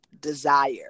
desire